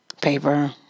paper